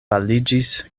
paliĝis